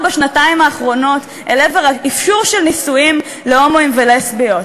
בשנתיים האחרונות לעבר נישואים להומואים ולסביות.